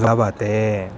प्लवते